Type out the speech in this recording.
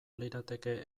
lirateke